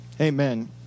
amen